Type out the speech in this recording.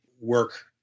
work